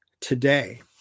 today